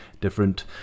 different